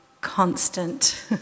constant